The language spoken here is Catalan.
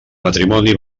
matrimoni